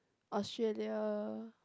Australia